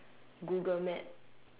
Google map